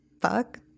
fuck